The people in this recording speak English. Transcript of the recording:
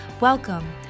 Welcome